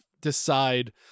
decide